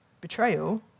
betrayal